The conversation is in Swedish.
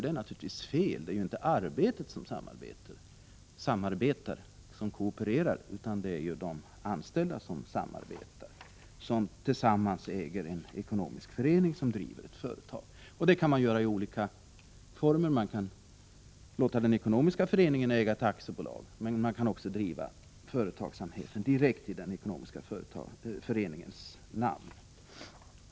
Det är naturligtvis fel — det är ju inte arbetet som samarbetar utan de anställda som samarbetar och tillsammans äger en ekonomisk förening som driver ett företag. Det kan man göra i olika former. Man kan låta den ekonomiska föreningen äga ett aktiebolag, men man kan också driva verksamheten direkt i den ekonomiska föreningens namn.